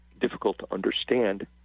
difficult-to-understand